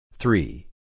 Three